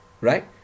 right